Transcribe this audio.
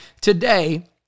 today